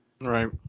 Right